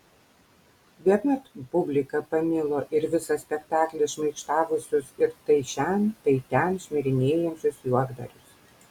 bemat publika pamilo ir visą spektaklį šmaikštavusius ir tai šen tai ten šmirinėjančius juokdarius